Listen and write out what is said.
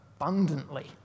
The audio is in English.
abundantly